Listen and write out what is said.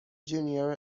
junior